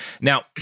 Now